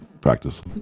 practice